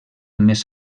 més